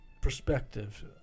perspective